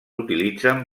utilitzen